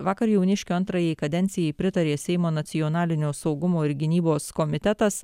vakar jauniškio antrajai kadencijai pritarė seimo nacionalinio saugumo ir gynybos komitetas